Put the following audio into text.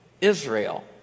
Israel